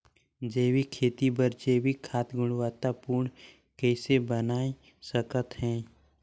जैविक खेती बर जैविक खाद गुणवत्ता पूर्ण कइसे बनाय सकत हैं?